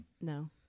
no